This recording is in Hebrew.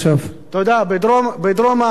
בדרום הארץ,